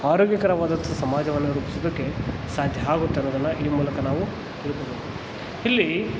ಆರೋಗ್ಯಕರವಾದಂಥ ಸಮಾಜವನ್ನು ರೂಪಿಸೋದಕ್ಕೆ ಸಾಧ್ಯ ಆಗುತ್ ಅನ್ನೋದನ್ನು ಈ ಮೂಲಕ ನಾವು ತಿಳ್ಕೊಬೋದು ಇಲ್ಲಿ